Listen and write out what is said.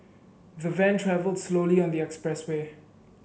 the van travelled slowly on the expressway